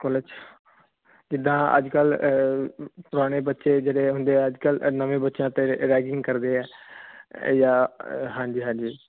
college ਜਿਦਾਂ ਅੱਜਕੱਲ ਪੁਰਾਣੇ ਬੱਚੇ ਜਿਹੜੇ ਹੁੰਦੇ ਅੱਜ ਕੱਲ ਨਵੇਂ ਬੱਚਿਆਂ ਤੇ ਰੈਗਿੰਗ ਕਰਦੇ ਆ ਜਾ ਹਾਂਜੀ ਹਾਂਜੀ